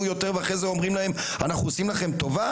יותר" ואחרי זה "אנחנו עושים לכם טובה"?